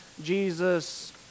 jesus